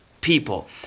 people